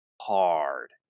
hard